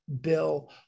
Bill